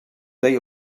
deia